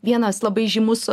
vienas labai žymus